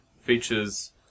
features